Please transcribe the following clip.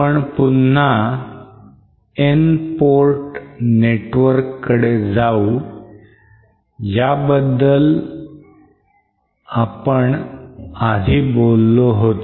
आपण पुन्हा N port network कडे जाऊ ज्याबद्दल पण आधी बोललो होतो